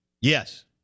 Yes